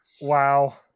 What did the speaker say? Wow